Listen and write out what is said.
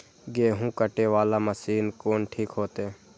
गेहूं कटे वाला मशीन कोन ठीक होते?